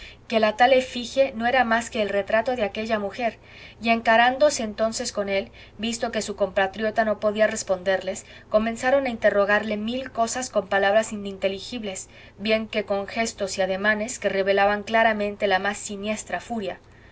que la tal efigie no era más que el retrato de aquella mujer y encarándose entonces con él visto que su compatriota no podía responderles comenzaron a interrogarle mil cosas con palabras ininteligibles bien que con gestos y ademanes que revelaban claramente la más siniestra furia